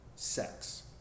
sex